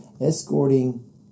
escorting